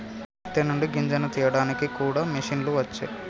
పత్తి నుండి గింజను తీయడానికి కూడా మిషన్లు వచ్చే